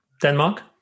Denmark